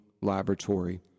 laboratory